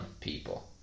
people